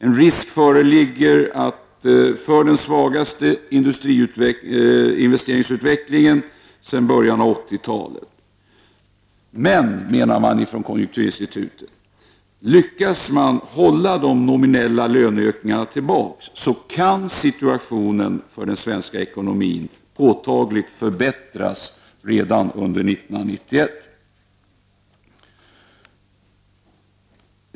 Risk föreligger för den svagaste investeringsutvecklingen sedan början av 1980-talet. Konjunkturinstitutet menar dock att om man lyckas hålla de nominella löneökningarna tillbaka kan situationen för den svenska ekonomin påtagligt förbättras redan under 1991.